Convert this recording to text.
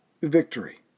victory